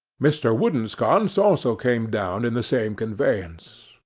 mr. woodensconce also came down in the same conveyance.